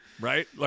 right